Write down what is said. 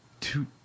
two